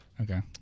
okay